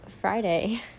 Friday